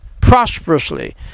prosperously